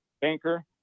banker